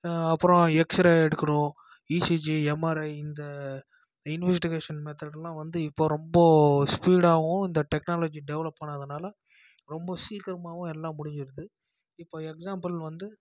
அப்புறம் எக்ஸ்ரே எடுக்கணும் ECG MRI இந்த இன்வஸ்டிகேஷன் மெத்தட்யெலாம் வந்து இப்போது ரொம்ப ஸ்பீடாகவும் இந்த டெக்னாலஜி டெவலப் பண்ணதனால் ரொம்ப சீக்கிரமாகவும் எல்லாம் முடிச்சுருது இப்போ எக்ஸ்சாம்பிள் வந்து